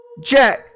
jack